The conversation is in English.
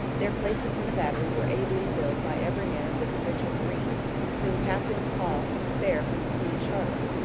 their places in the battery were ably filled by every man of the provincial marine whom captain hall could spare from the queen charlotte,